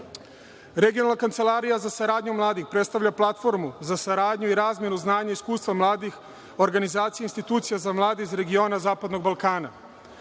mladih. Regionalna kancelarija za saradnju mladih predstavlja platformu za saradnju i razmenu znanja i iskustva mladih, organizacija institucija za mlade iz regiona Zapadnog Balkana. Ova